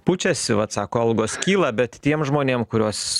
pučiasi vat sako algos kyla bet tiem žmonėm kurios